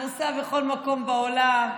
נמצא בכל מקום בעולם,